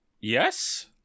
Yes